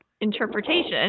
interpretation